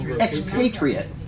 Expatriate